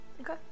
Okay